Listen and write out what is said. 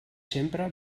sempre